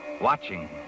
watching